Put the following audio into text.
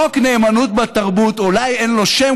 חוק נאמנות בתרבות אולי אין לו שם